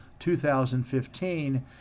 2015